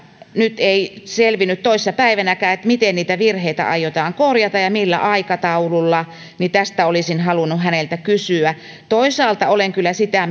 nyt ei selvinnyt toissa päivänäkään miten niitä virheitä aiotaan korjata ja millä aikataululla niin tästä olisin halunnut häneltä kysyä toisaalta olen kyllä sitä